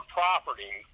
property